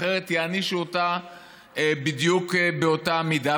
אחרת יענישו אותה בדיוק באותה מידה,